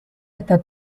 hasta